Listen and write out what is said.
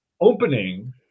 opening –